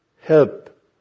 help